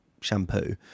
Shampoo